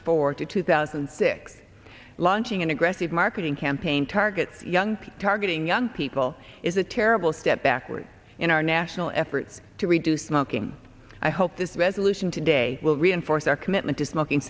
to two thousand and six launching an aggressive marketing campaign targets young people targeting young people is a terrible step backward in our national efforts to reduce smoking i hope this resolution today will reinforce our commitment to smoking